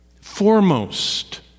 foremost